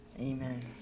Amen